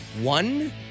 one